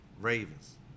Ravens